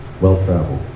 well-traveled